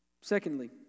Secondly